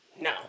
No